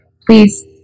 please